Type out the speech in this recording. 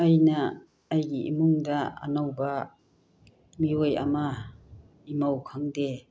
ꯑꯩꯅ ꯑꯩꯒꯤ ꯏꯃꯨꯡꯗ ꯑꯅꯧꯕ ꯃꯤꯑꯣꯏ ꯑꯃ ꯏꯃꯧ ꯈꯪꯗꯦ